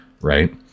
right